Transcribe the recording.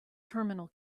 terminal